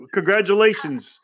Congratulations